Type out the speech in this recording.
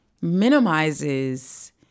minimizes